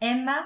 emma